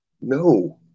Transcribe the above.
No